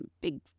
big